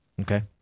Okay